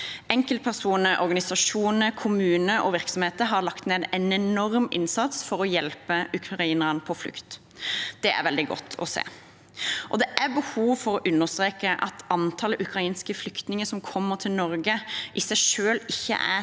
Enkeltpersoner, organisasjoner, kommuner og virksomheter har lagt ned en enorm innsats for å hjelpe ukrainere på flukt. Det er veldig godt å se. Det er behov for å understreke at antallet ukrainske flyktninger som kommer til Norge, i seg selv ikke er